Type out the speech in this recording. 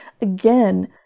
again